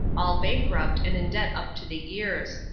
all bankrupt and in debt up to the ears.